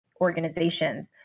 organizations